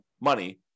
money